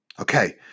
Okay